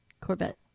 Corvette